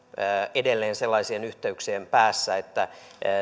edelleen sellaisien yhteyksien päässä että